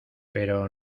pero